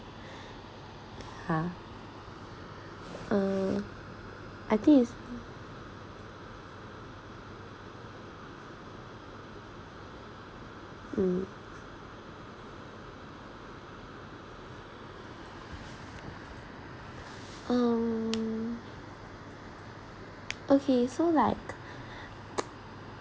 !huh! uh I think it's hmm um so like